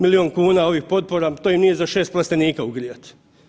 Milijun kuna ovih potpora, to im nije za 6 plastenika ugrijati.